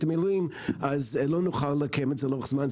המילואים לא נוכל לקיים את זה לאורך זמן,